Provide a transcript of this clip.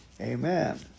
Amen